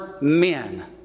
men